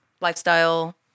lifestyle